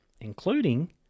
including